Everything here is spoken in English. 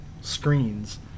screens